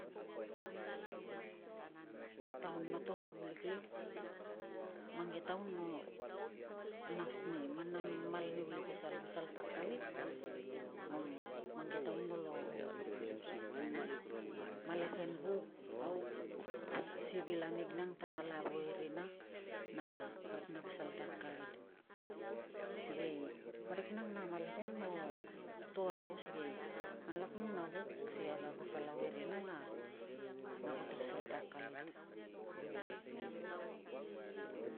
Taun noto kavuliklik mang ke taun no nas ni mamal ni uli pasal, pasal ta akalit mang ke taun nolo malepen vuk. Au si vil anig nan ta nala ago e rina na parik na pasal ta akalit, sikei parik nang na malepen no to aro sikei nganlak nang na vuk si kag ago palau e rina na, na ago ta pasal ta akalit.